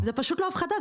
זאת פשוט לא הפחדה.